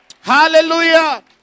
Hallelujah